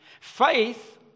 Faith